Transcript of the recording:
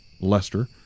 Lester